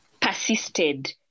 persisted